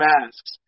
masks